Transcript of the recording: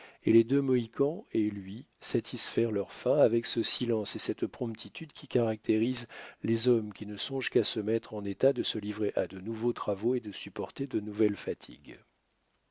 et les deux mohicans et lui satisfirent leur faim avec ce silence et cette promptitude qui caractérisent les hommes qui ne songent qu'à se mettre en état de se livrer à de nouveaux travaux et de supporter de nouvelles fatigues